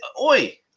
Oi